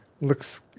looks